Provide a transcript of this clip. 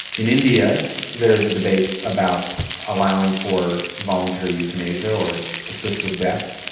in india there is a debate about allowing for voluntary euthanasia or assisted death.